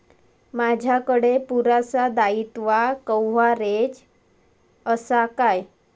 माजाकडे पुरासा दाईत्वा कव्हारेज असा काय?